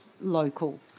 local